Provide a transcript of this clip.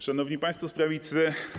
Szanowni państwo z prawicy!